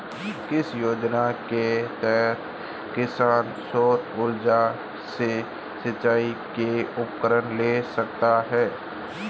किस योजना के तहत किसान सौर ऊर्जा से सिंचाई के उपकरण ले सकता है?